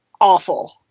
awful